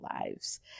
lives